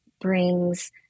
brings